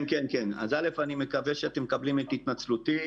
אני מקווה שאתם מקבלים את התנצלותי.